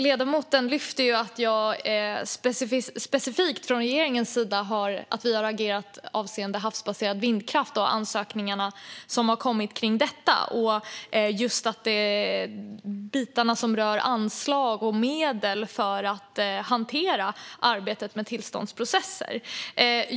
Ledamoten lyfte specifikt fram att vi från regeringens sida har agerat avseende havsbaserad vindkraft och ansökningarna som har kommit med anledning av detta och just de bitar som rör anslag och medel för att hantera arbetet med tillståndsprocesser.